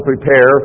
prepare